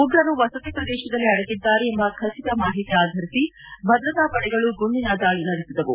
ಉಗ್ರರು ವಸತಿ ಪ್ರದೇಶದಲ್ಲಿ ಅಡಗಿದ್ದಾರೆ ಎಂಬ ಖಚಿತ ಮಾಹಿತಿ ಆಧರಿಸಿ ಭದ್ರತಾ ಪಡೆಗಳು ಗುಂಡಿನ ದಾಳಿ ನಡೆಸಿದವು